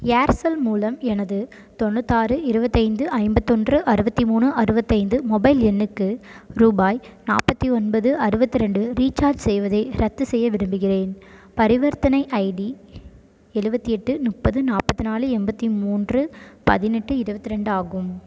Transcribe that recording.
Aircel மூலம் எனது தொண்ணூத்தாறு இருபத்தைந்து ஐம்பத்தொன்று அறுபத்தி மூணு அறுபத்தைந்து மொபைல் எண்ணுக்கு ரூபாய் நாற்பத்தி ஒன்பது அறுபத்தி ரெண்டு ரீசார்ஜ் செய்வதை ரத்துசெய்ய விரும்புகிறேன் பரிவர்த்தனை ஐடி எழுபத்தி எட்டு முப்பது நாற்பத்தி நாலு எண்பத்தி மூன்று பதினெட்டு இருபத்தி ரெண்டு ஆகும்